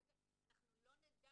אנחנו לא מבינים בזה,